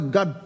God